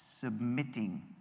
submitting